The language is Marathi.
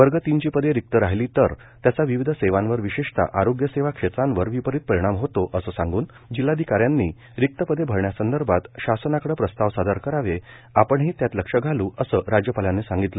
वर्ग तीनची पदे रिक्त राहिली तर त्याचा विविध सेवांवर विशेषतः आरोग्यसेवा क्षेत्रावर विपरीत परिणाम होतो असं सांगून जिल्हाधिकाऱ्यांनी रिक्त पदे भरण्यासंदर्भात शासनाकडं प्रस्ताव सादर करावे आपणही त्यात लक्ष घालू असं राज्यपालांनी सांगितलं